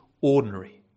Ordinary